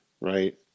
right